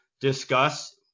discuss